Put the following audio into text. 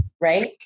right